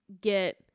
get